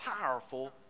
powerful